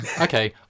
Okay